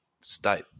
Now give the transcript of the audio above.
state